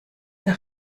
der